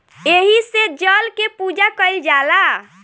एही से जल के पूजा कईल जाला